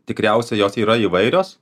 tikriausiai jos yra įvairios